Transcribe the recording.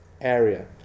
area